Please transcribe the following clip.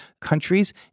countries